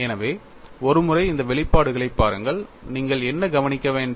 எனவே ஒருமுறை இந்த வெளிப்பாடுகளை பாருங்கள் நீங்கள் என்ன கவனிக்க வேண்டாம்